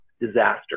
disaster